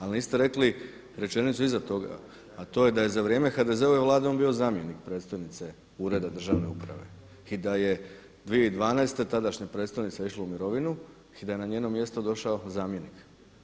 Ali niste rekli rečenicu iza toga, a to je da je za vrijeme HDZ-ove vlade on bio zamjenik predstojnice ureda državne uprave i da je 2012. tadašnja predstojnica išla u mirovinu i da je na njeno mjesto došao zamjenik.